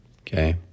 Okay